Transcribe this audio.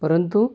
परंतु